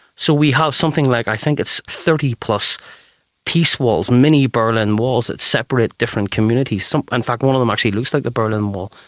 so we have something like, i think it's thirty plus peace walls, mini berlin walls that separates different communities. in so and fact one of them actually looks like the berlin wall,